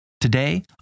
Today